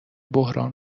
بحران